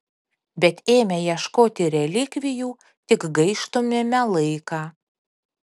bet ėmę ieškoti relikvijų tik gaištumėme laiką